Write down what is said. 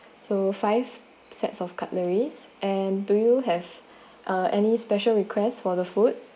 so five sets of cutleries and do you have uh any special requests for the food